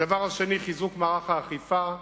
הדבר השני, חיזוק מערך האכיפה,